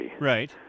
Right